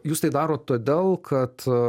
jūs tai darot todėl kad